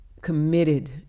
committed